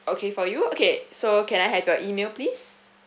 okay for you okay so can I have your email please